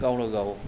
गावनो गाव